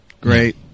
great